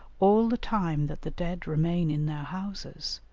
all the time that the dead remain in their houses,